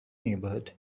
neighborhood